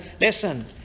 listen